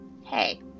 Hey